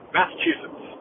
Massachusetts